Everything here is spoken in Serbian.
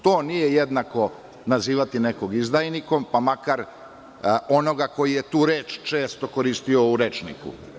To nije jednako nazivati nekog izdajnikom, pa makar onoga koji je tu reč često koristio u rečniku.